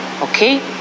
okay